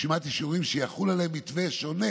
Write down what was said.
2. רשימת אישורים שיחול עליהם מתווה שונה